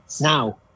Now